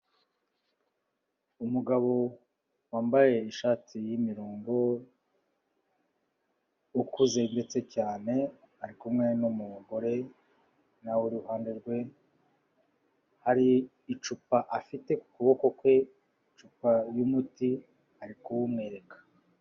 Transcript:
Umugabo wambaye ishati y'imirongo, ukuze ndetse cyane ari kumwe n'umugore nawe iruhande rwe hari icupa afite ku kuboko kwe icupa y'umuti arikuwumwereka.